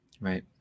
right